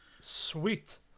Sweet